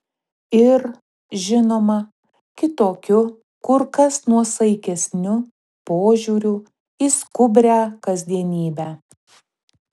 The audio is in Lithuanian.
ir žinoma kitokiu kur kas nuosaikesniu požiūriu į skubrią kasdienybę